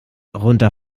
runter